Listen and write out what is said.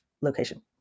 location